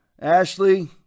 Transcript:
Ashley